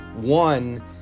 one